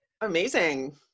Amazing